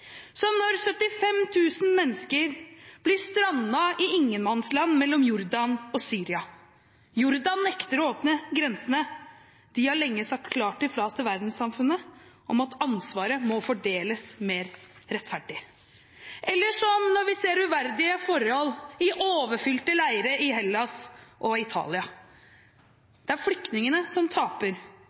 som når 75 000 mennesker strander i ingenmannsland mellom Jordan og Syria. Jordan nekter å åpne grensene. De har lenge sagt klart ifra til verdenssamfunnet om at ansvaret må fordeles mer rettferdig. Og når vi ser uverdige forhold i overfylte leire i Hellas og Italia, er det flyktningene som taper